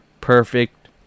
perfect